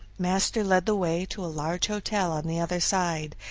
master led the way to a large hotel on the other side,